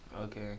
Okay